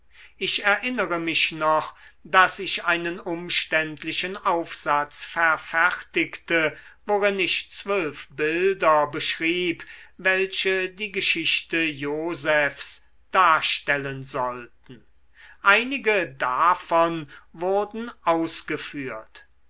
ich erinnere mich noch daß ich einen umständlichen aufsatz verfertigte worin ich zwölf bilder beschrieb welche die geschichte josephs darstellen sollten einige davon wurden ausgeführt